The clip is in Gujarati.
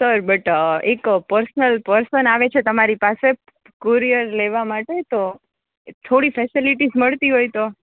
સર બટ એક પર્સનલ પર્સન આવે છે તમારી પાસે કુરિયર લેવા માટે તો એ થોડી ફેસેલિટીસ મળતી હોય તો